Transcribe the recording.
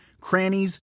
crannies